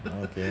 okay